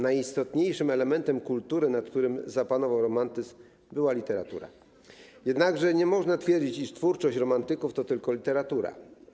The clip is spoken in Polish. Najistotniejszym elementem kultury, nad którym zapanował romantyzm, była literatura, jednak nie można twierdzić, iż twórczość romantyków to tylko literatura.